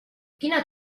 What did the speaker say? quina